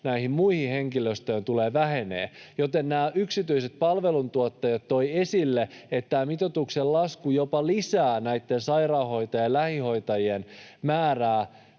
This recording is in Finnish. muuhun henkilöstöön tulee vähenemään, joten nämä yksityiset palveluntuottajat toivat esille, että tämä mitoituksen lasku jopa lisää näitten sairaanhoitajien, lähihoitajien määrää